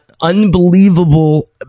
Unbelievable